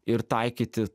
ir taikyti